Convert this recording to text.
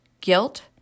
guilt